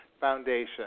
Foundation